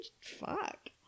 fuck